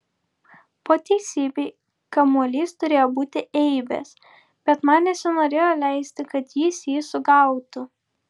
po teisybei kamuolys turėjo būti eibės bet man nesinorėjo leisti kad jis jį sugautų